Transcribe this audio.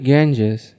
Ganges